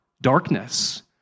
darkness